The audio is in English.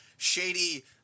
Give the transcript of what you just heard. shady